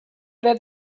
that